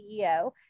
CEO